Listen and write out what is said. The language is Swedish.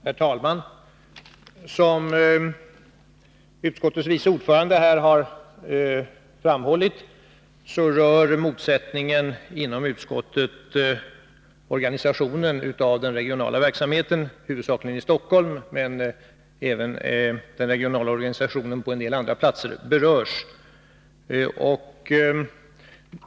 Herr talman! Som utskottets vice ordförande här har framhållit rör Fredagen den motsättningen inom utskottet organisationen av den regionala verksamheten 11 juni 1982 huvudsakligen i Stockholm. Men även den regionala organisationen på en del andra platser berörs.